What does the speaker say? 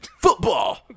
Football